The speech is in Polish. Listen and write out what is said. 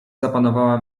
zapanowała